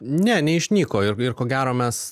ne neišnyko ir ir ko gero mes